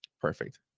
Perfect